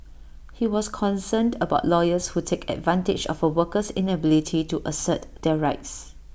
he was concerned about lawyers who take advantage of A worker's inability to assert their rights